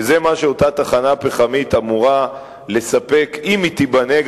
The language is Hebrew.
שזה מה שאותה תחנה פחמית אמורה לספק אם היא תיבנה,